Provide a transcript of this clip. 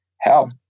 hell